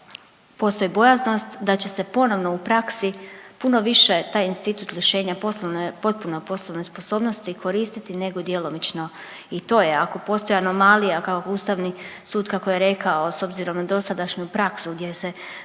postoji bojaznost da će se ponovno u praksi puno više taj institut lišenja poslovne, potpune poslovne sposobnosti, koristiti nego djelomično. I to je ako postoji anomalija, Ustavni sud kako je rekao s obzirom na dosadašnju praksu gdje se većinom